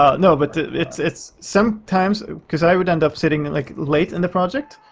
ah you know but it's it's sometimes cause i would end up sitting like late in the project,